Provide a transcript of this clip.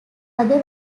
other